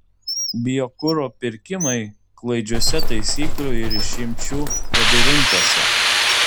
biokuro pirkimai klaidžiuose taisyklių ir išimčių labirintuose